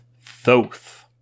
Thoth